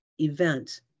event